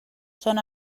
són